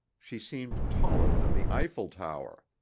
she seemed taller than the eiffel tower.